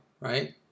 right